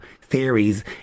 theories